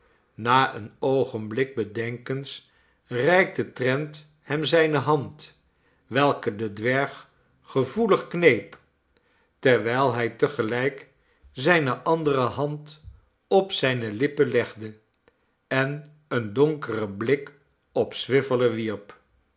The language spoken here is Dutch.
na een oogenblik bedenkens reikte trent hem zijne hand welke de dwerg gevoelig kneep terwijl hij te gelijk zijne andere hand op zijne lippen legde en een donkeren blik op swiveller wierp